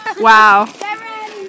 Wow